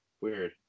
weird